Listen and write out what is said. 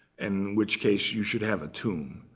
in which case you should have a tomb.